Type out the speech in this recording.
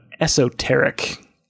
esoteric